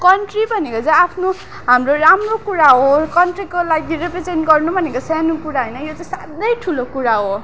country भनेको चाहिँ आफ्नो हाम्रो राम्रो कुरा हो कन्ट्रीको लागि रिप्रेजेन्ट गर्नु भनेको सानो कुरा होइन यो चाहिँ साह्रै ठुलो कुरा हो